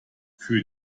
für